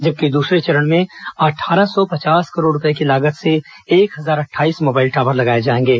जबकि दूसरे चरण में अट्ठारह सौ पचास करोड रुपये की लागत से एक हजार अटठाईस मोबाइल टावर लगाए जाएंगे